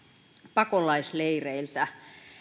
pakolaisleireiltä